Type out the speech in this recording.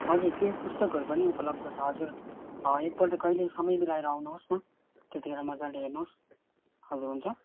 हजुर त्यो पुस्तकहरू पनि उपलब्ध छ हजुर एक पल्ट कहिले समय मिलाएर आउनु होस् न त्यतिखेर मजाले हेर्नु होस् हजुर हुन्छ